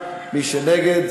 מי שנגד,